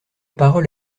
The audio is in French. parole